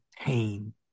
pain